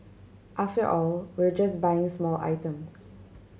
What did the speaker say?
after all we're just buying small items